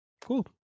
cool